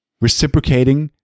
reciprocating